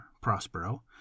Prospero